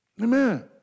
Amen